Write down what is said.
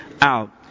Out